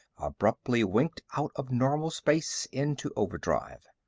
abruptly winked out of normal space into overdrive.